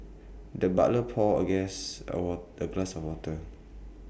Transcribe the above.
the butler poured A guest A what the glass of water